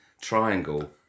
triangle